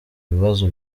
bibazo